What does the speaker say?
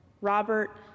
Robert